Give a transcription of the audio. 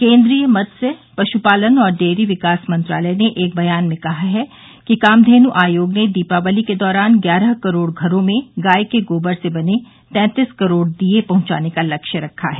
केन्द्रीय मत्स्य पशुपालन और डेयरी विकास मंत्रालय ने एक बयान में कहा है कि कामधेनु आयोग ने दीपावली के दौरान ग्यारह करोड़ घरों में गाय के गोबर से बने तैंतीस करोड़ दीए पहंचाने का लक्ष्य रखा है